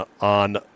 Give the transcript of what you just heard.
on